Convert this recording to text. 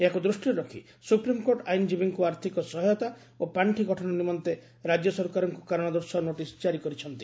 ଏହାକୁ ଦୃଷ୍ଟିରେ ରଖ ସ୍ବପ୍ରିମ୍କୋର୍ଟ ଆଇନଜୀବୀଙ୍କୁ ଆର୍ଥିକ ସହାୟତା ଓ ପାଖି ଗଠନ ନିମନ୍ତେ ରାଜ୍ୟ ସରକାରଙ୍କୁ କାରଣ ଦର୍ଶାଅ ନୋଟିସ୍ ଜାରି କରିଛନ୍ତି